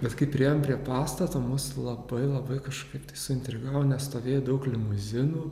bet kai priėjom prie pastato mus labai labai kažkaip tai suintrigavo nes stovėjo daug limuzinų